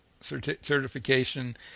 certification